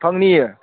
ꯐꯪꯅꯤꯌꯦ